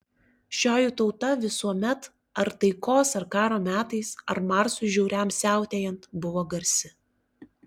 šioji tauta visuomet ar taikos ar karo metais ar marsui žiauriam siautėjant buvo garsi